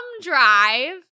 drive